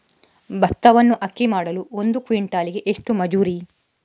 ಭತ್ತವನ್ನು ಅಕ್ಕಿ ಮಾಡಲು ಒಂದು ಕ್ವಿಂಟಾಲಿಗೆ ಎಷ್ಟು ಮಜೂರಿ?